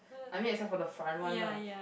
I mean except for the front one lah